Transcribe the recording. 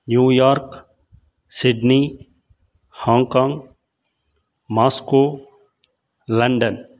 New York Sydney Hong Kong Moscow London